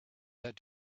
that